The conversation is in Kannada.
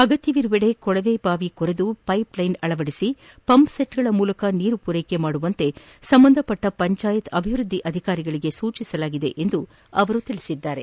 ಅಗತ್ತವಿರುವೆಡೆ ಕೊಳವೆಬಾವಿ ಕೊರೆದು ಪೈಪ್ಲೈನ್ ಅಳವಡಿಸಿ ಪಂಪ್ಸೆಚ್ಗಳ ಮೂಲಕ ನೀರು ಪೂರೈಕೆ ಮಾಡುವಂತೆ ಸಂಬಂಧಪಟ್ಟ ಪಂಚಾಯತ್ ಅಭಿವೃದ್ದಿ ಅಧಿಕಾರಿಗಳಿಗೆ ಸೂಚಿಸಲಾಗಿದೆ ಎಂದು ಅವರು ತಿಳಿಸಿದರು